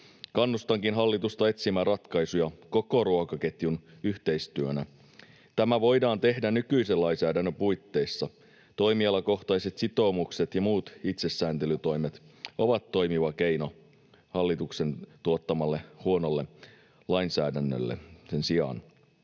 Kannustankin hallitusta etsimään ratkaisuja koko ruokaketjun yhteistyönä. Tämä voidaan tehdä nykyisen lainsäädännön puitteissa. Toimialakohtaiset sitoumukset ja muut itsesääntelytoimet ovat toimiva keino hallituksen tuottaman huonon lainsäädännön sijaan.